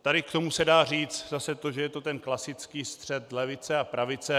Tady k tomu se dá říct zase to, že je to klasický střet levice a pravice.